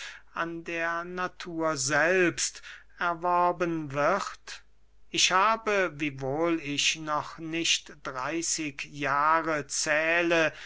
an der natur selbst erworben wird ich habe wiewohl ich noch nicht dreyßig jahre zähle